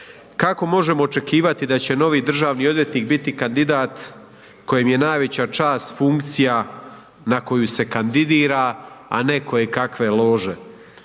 Kako možemo očekivati da će novi državni odvjetnik biti kandidat kojim je najveća čast funkcija na koju se kandidira, a ne kojekakve lože